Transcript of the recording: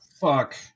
fuck